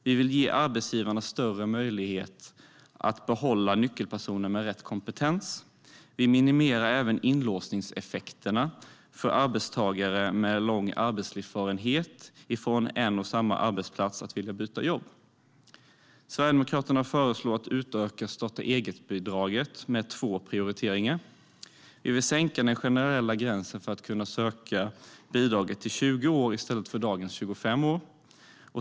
Vi vill ge arbetsgivarna större möjlighet att behålla nyckelpersoner med rätt kompetens. Vi minimerar även inlåsningseffekterna för arbetstagare med lång arbetslivserfarenhet från en och samma arbetsplats om de vill byta jobb. Sverigedemokraterna föreslår att man utökar starta-eget-bidraget genom två prioriteringar. Vi vill sänka den generella gränsen för att kunna söka bidraget till 20 år i stället för dagens 25 år.